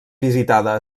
visitada